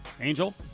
Angel